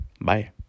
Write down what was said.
Bye